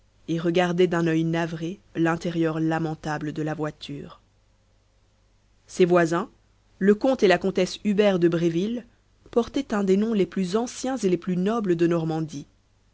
et regardait d'un oeil navré l'intérieur lamentable de la voiture ses voisins le comte et la comtesse hubert de bréville portaient un des noms les plus anciens et les plus nobles de normandie